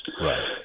right